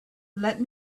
let